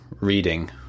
Reading